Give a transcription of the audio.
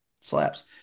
Slaps